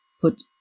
put